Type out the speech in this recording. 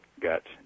got